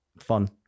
fun